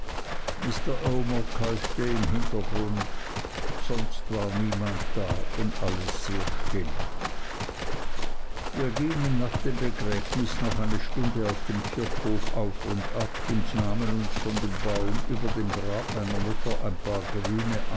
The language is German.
im hintergrund sonst war niemand da und alles sehr still wir gingen nach dem begräbnis noch eine stunde auf dem kirchhof auf und ab und nahmen uns von dem baum über dem grab meiner mutter ein paar grüne